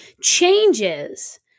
changes